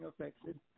affected